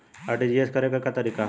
RTGS करे के तरीका का हैं?